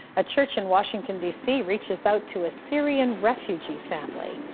a church in washington, d c. reaches out to a syrian refugee family.